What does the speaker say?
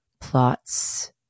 plots